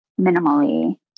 minimally